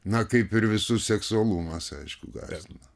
na kaip ir visus seksualumas aišku gąsdino